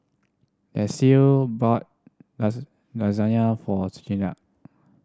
Desea bought Lasagna for